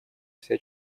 всем